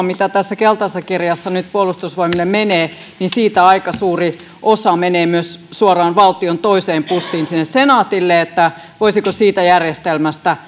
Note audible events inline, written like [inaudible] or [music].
[unintelligible] mitä tässä keltaisessa kirjassa nyt puolustusvoimille menee aika suuri osa menee myös suoraan valtion toiseen pussiin senaatille eli voisiko siitä järjestelmästä [unintelligible]